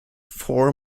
four